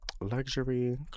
Luxury